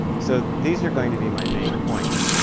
so these are going to be my main points.